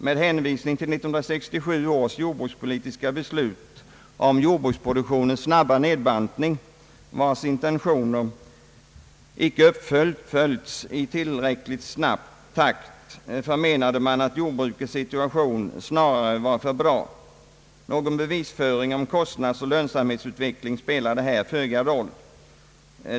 Med hänvisning till 1967 års jordbrukspolitiska beslut om jordbruksproduktionens snabba nedbantning, vars intentioner icke uppföljts i tillräckligt snabb takt, förmenade man att jordbrukets situation snarare var för bra. Någon bevisföring om kostnadsoch lönsamhetsutveckling spelade här föga roll.